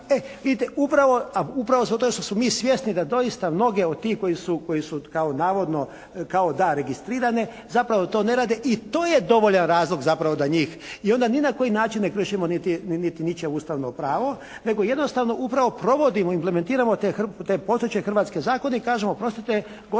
tek vidite, a upravo to su, jer smo mi svjesni da doista mnoge od tih koji su kao navodno kao da registrirane zapravo to ne rade. I to je dovoljan razlog zapravo da njih i onda ni na koji način ne krešemo niti ničije ustavno pravo nego jednostavno upravo provodimo, implementiramo te postojeće hrvatske zakone. I kažemo, oprostite gospodo